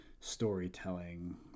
storytelling